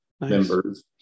members